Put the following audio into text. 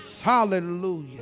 Hallelujah